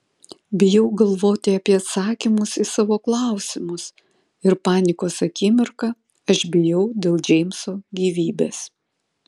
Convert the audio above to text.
bijau galvoti apie atsakymus į savo klausimus ir panikos akimirką aš bijau dėl džeimso gyvybės